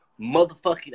motherfucking